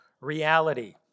reality